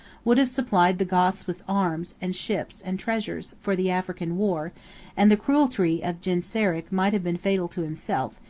would have supplied the goths with arms, and ships, and treasures, for the african war and the cruelty of genseric might have been fatal to himself,